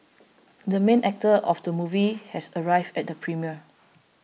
the main actor of the movie has arrived at the premiere